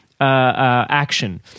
action